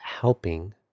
helping